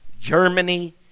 Germany